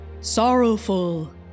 sorrowful